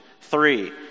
Three